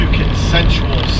consensual